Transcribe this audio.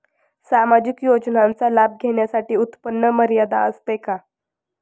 सामाजिक योजनांचा लाभ घेण्यासाठी उत्पन्न मर्यादा असते का?